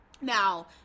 Now